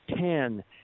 ten